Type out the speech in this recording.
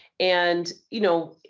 and, you know,